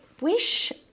wish